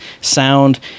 sound